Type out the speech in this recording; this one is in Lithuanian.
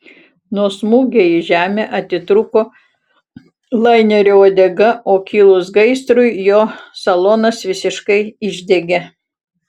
nuo smūgio į žemę atitrūko lainerio uodega o kilus gaisrui jo salonas visiškai išdegė